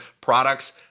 products